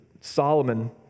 Solomon